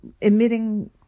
emitting